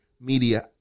media